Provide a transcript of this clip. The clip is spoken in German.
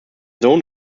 sohn